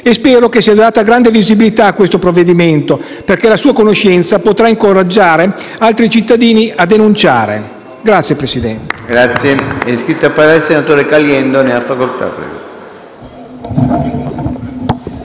Spero che sia data grande visibilità al provvedimento, perché la sua conoscenza potrà incoraggiare altri cittadini a denunciare. *(Applausi